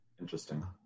Interesting